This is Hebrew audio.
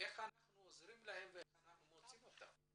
איך אנחנו עוזרים להם ואיך אנחנו מוציאים אותם מזה?